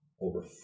over